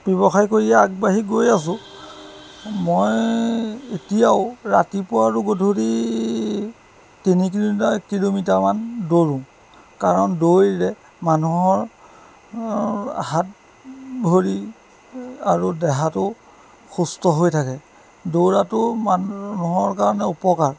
ব্যৱসায় কৰি আগবাঢ়ি গৈ আছোঁ মই এতিয়াও ৰাতিপুবা আৰু গধূলি তিনি কিল'মিটাৰ কিল'মিটাৰ মান দৌৰোঁ কাৰণ দৌৰিলে মানুহৰ হাত ভৰি আৰু দেহাটো সুস্থ হৈ থাকে দৌৰাটো মানুহৰ কাৰণে উপকাৰ